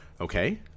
Okay